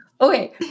Okay